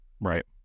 Right